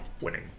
winning